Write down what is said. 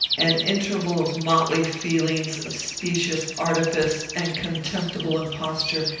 an interval of motley feelings, of specious artifice and contemptible imposture,